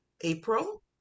april